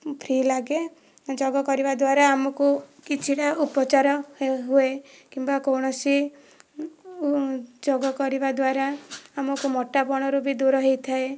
free ଲାଗେ ଯୋଗ କରିବା ଦ୍ଵାରା ଆମକୁ କିଛିଟା ଉପଚାର ହୁଏ କିମ୍ବା କୌଣସି ଯୋଗ କରିବା ଦ୍ବାରା ଆମକୁ ମୋଟା ପଣରୁ ବି ଦୂର ହୋଇଥାଏ